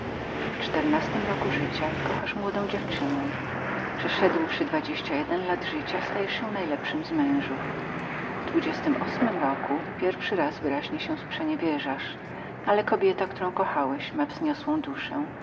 czternasty roku życia kochasz młodą dziewczynę przeszedłszy dwadzieścia jeden lat życia stajesz się najlepszym z mężów w dwudziestym ośm roku pierwszy raz wyraźnie się przeniewierzasz ale kobieta którą kochałeś ma wzniosłą duszę